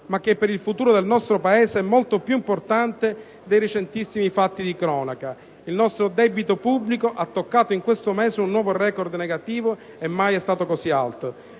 ma che per il futuro del nostro Paese è molto più importante dei recentissimi fatti di cronaca: il nostro debito pubblico ha toccato, in questo mese, un nuovo record negativo; mai è stato così alto.